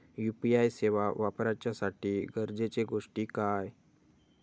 UPI सेवा वापराच्यासाठी गरजेचे गोष्टी काय?